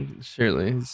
surely